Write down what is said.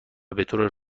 بطور